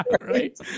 right